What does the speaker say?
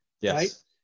Yes